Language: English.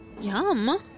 Yum